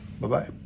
Bye-bye